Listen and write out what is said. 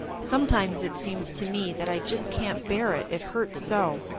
sometimes it seems to me that i just can't bear it, it hurts so.